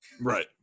Right